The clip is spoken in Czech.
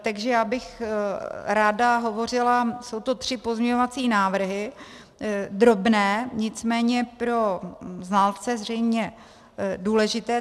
Takže bych ráda hovořila, jsou to tři pozměňovací návrhy, drobné, nicméně pro znalce zřejmě důležité.